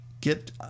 Get